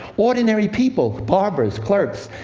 ordinary people barbers, clerks,